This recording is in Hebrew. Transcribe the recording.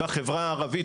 בחברה הערבית,